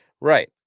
Right